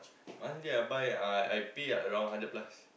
one day I buy I I pay around hundred plus